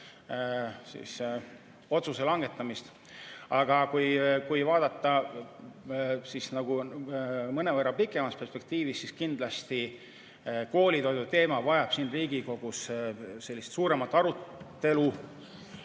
korras langetamist. Aga kui vaadata mõnevõrra pikemas perspektiivis, siis kindlasti koolitoidu teema vajab siin Riigikogus suuremat arutelu.